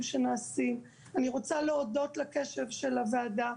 שנעשים ואני רוצה להודות לקשב של הוועדה,